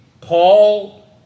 Paul